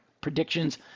predictions